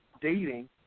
dating